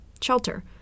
shelter